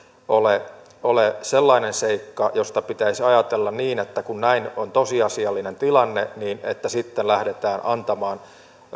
ole ole sellainen seikka josta pitäisi ajatella että kun näin on tosiasiallinen tilanne niin sitten lähdetään antamaan